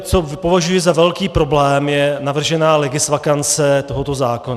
Co považuji za velký problém, je navržená legisvakance tohoto zákona.